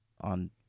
on